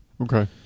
Okay